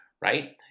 right